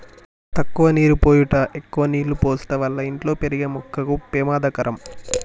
తక్కువ నీరు పోయుట ఎక్కువ నీళ్ళు పోసుట వల్ల ఇంట్లో పెరిగే మొక్కకు పెమాదకరం